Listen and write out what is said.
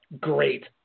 great